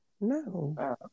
no